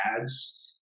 ads